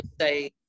say